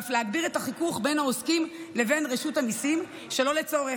ואף להגביר את החיכוך בין העוסקים לבין רשות המיסים שלא לצורך,